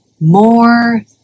more